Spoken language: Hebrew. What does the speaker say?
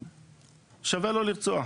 שווה לו לרצוח.